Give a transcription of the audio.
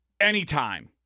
anytime